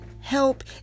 help